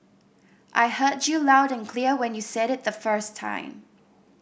I heard you loud and clear when you said it the first time